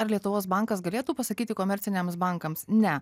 ar lietuvos bankas galėtų pasakyti komerciniams bankams ne